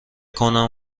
کنم